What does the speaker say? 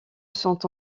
sont